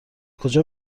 کجا